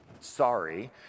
sorry